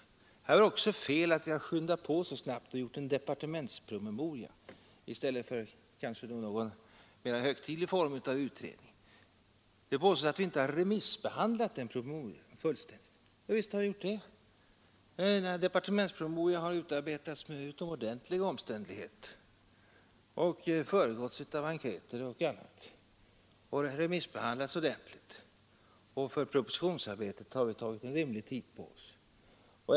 Det är i detta fall också fel — enligt deras uppfattning — att vi skyndat på behandlingen och gjort en departementspromemoria i stället för att genomföra kanske någon mera högtidlig form av utredning. Det påstås att vi inte har remissbehandlat promemorian fullständigt. Jovisst har vi gjort det. Denna departementspromemoria har utarbetats med utomordentlig omständlighet. Den har bl.a. föregåtts av enkäter och har remissbehandlats ordentligt, och för propositionsarbetet har vi tagit en rimlig tid på oss.